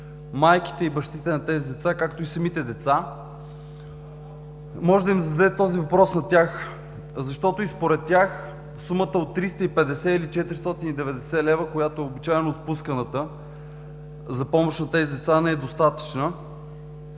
майките и бащите на тези деца, както и самите деца. Можете да им зададете този въпрос, защото и според тях сумата от 350 или 490 лв., която е обичайно отпусканата за помощ на тези деца, не е достатъчна,